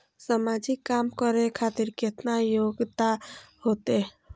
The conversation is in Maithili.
समाजिक काम करें खातिर केतना योग्यता होते?